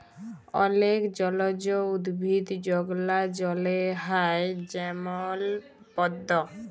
অলেক জলজ উদ্ভিদ যেগলা জলে হ্যয় যেমল পদ্দ